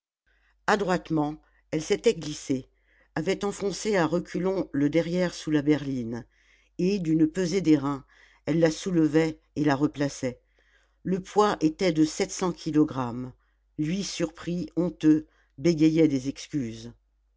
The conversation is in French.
adroitement elle s'était glissée avait enfoncé à reculons le derrière sous la berline et d'une pesée des reins elle la soulevait et la replaçait le poids était de sept cents kilogrammes lui surpris honteux bégayait des excuses